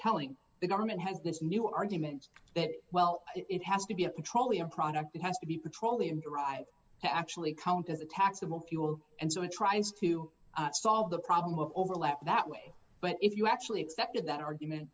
telling the government has this new argument that well it has to be a petroleum product it has to be petroleum derived actually count as a tax of more fuel and so it tries to solve the problem of overlap that way but if you actually accepted that argument